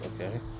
Okay